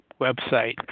website